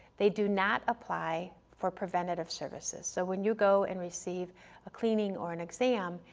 they do not apply for preventative services so when you go and receive a cleaning or an exam,